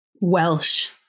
Welsh